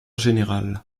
général